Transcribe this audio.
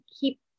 keep